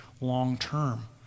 long-term